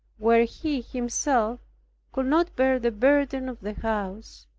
where he himself could not bear the burden of the house,